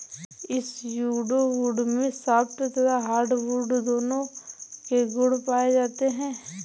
pseudo wood में soft तथा hardwood दोनों के गुण पाए जाते हैं